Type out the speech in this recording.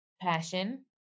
passion